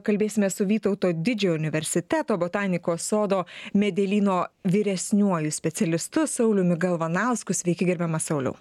kalbėsimės su vytauto didžiojo universiteto botanikos sodo medelyno vyresniuoju specialistu sauliumi galvanausku sveiki gerbiamas sauliau